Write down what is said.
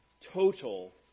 total